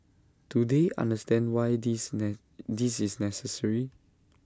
do they understand why this this is necessary